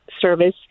service